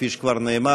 כפי שכבר נאמר,